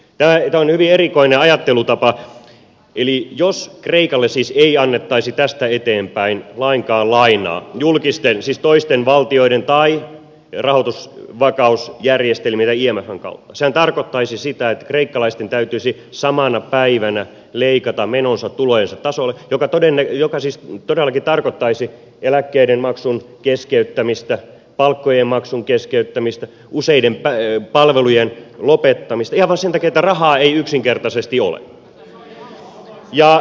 tämä on hyvin erikoinen ajattelutapa eli jos kreikalle siis ei annettaisi tästä eteenpäin lainkaan lainaa julkisten siis toisten valtioiden järjestelmien kautta tai rahoitusvakausjärjestelmillä imfn kautta sehän tarkoittaisi sitä että kreikkalaisten täytyisi samana päivänä leikata menonsa tulojensa tasolle mikä siis todellakin tarkoittaisi eläkkeiden maksun keskeyttämistä palkkojen maksun keskeyttämistä useiden palvelujen lopettamista ihan vaan sen takia että rahaa ei yksinkertaisesti ole